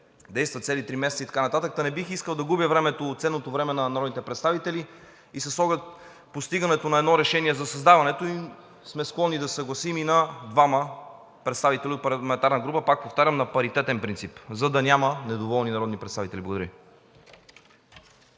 действа цели три месеца и така нататък. Не бих искал да губя ценното време на народните представители. С оглед постигането на решение за създаването ѝ сме склонни да се съгласим и на двама представители от парламентарна група, повтарям, на паритетен принцип, за да няма недоволни народни представители. Благодаря